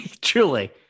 Truly